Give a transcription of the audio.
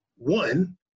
One